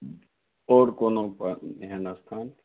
आओर कोनो एहन स्थान